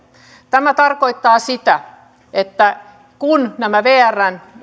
tämä tarkoittaa sitä että kun nämä vrn